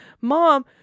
mom